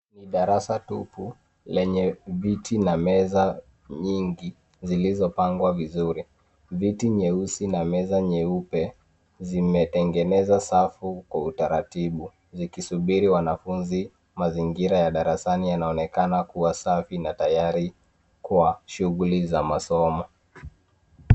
Ni darasa tupu lenye viti na meza nyingi zilizopangwa vizuri. Viti nyeusi na meza nyeupe zimetengeneza safu kwa utaratibu, likisubiri wanafunzi. Mazingira ya darasani yanaonekana kuwa safi na tayari kwa shughuli za masomo.